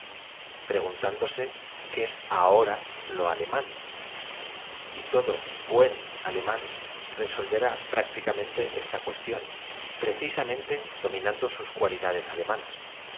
preguntándose qué es ahora lo alemán todo buen alemán resolverá prácticamente esta cuestión precisámente dominando sua cualidades alemanas